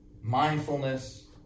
mindfulness